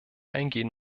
eingehen